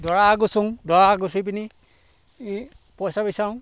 দৰা আগছোঁ দৰা আগচি পিনি পইছা বিচাৰোঁ